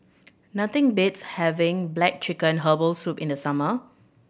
nothing beats having black chicken herbal soup in the summer